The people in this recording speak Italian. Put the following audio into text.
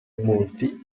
multi